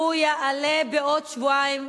והוא יעלה בעוד שבועיים,